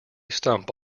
stump